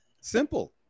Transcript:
Simple